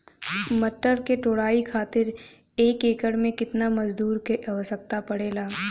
मटर क तोड़ाई खातीर एक एकड़ में कितना मजदूर क आवश्यकता पड़ेला?